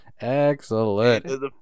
Excellent